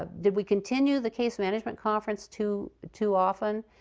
ah did we continue the case management conference too too often?